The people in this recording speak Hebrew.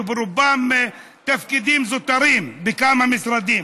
רובם בתפקידים זוטרים בכמה משרדים.